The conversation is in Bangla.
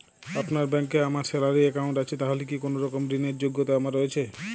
আপনার ব্যাংকে আমার স্যালারি অ্যাকাউন্ট আছে তাহলে কি কোনরকম ঋণ র যোগ্যতা আমার রয়েছে?